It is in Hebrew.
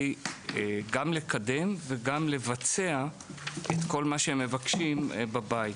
גם לקדם וגם לבצע את כל מה שמבקשים בבית,